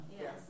Yes